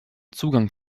zugang